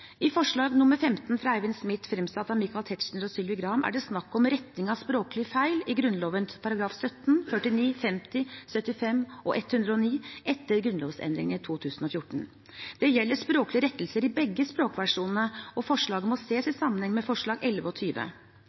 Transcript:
I forslag nr. 15, fra Eivind Smith, fremsatt av Michael Tetzschner og Sylvi Graham, er det snakk om retting av språklige feil i Grunnloven §§ 17, 49, 50, 75 og 109 etter grunnlovsendringene i 2014. Det gjelder språklige rettelser i begge språkversjonene, og forslaget må ses i sammenheng med forslagene nr. 11 og 20.